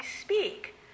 speak